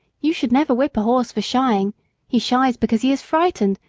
you should never whip a horse for shying he shies because he is frightened,